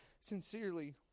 sincerely